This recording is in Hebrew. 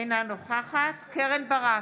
אינה נוכחת קרן ברק,